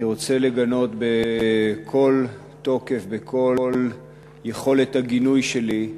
אני רוצה לגנות בכל תוקף, בכל יכולת הגינוי שלי,